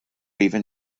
even